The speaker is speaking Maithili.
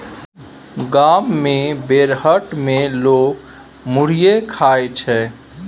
गाम मे बेरहट मे लोक मुरहीये खाइ छै